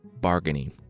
Bargaining